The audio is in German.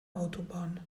autobahn